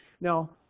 Now